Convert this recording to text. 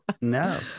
no